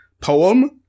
poem